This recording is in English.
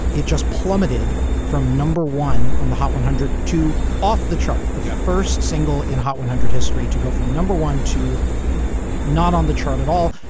it just plummeted from number one on the hot one hundred to off the chart. the first single in hot one hundred history to go from number one to not on the chart at all.